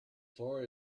far